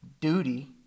duty